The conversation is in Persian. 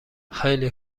خیلی